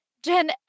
Jen